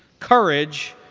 courage,